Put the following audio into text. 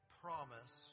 promise